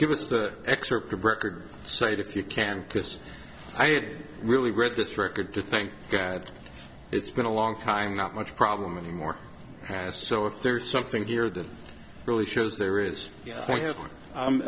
give us the excerpt of record so if you can because i had really read this record to thank god it's been a long time not much problem anymore has so if there's something here that really shows there is